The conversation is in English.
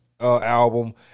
album